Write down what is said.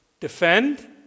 Defend